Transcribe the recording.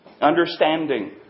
Understanding